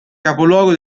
capoluogo